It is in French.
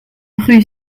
rue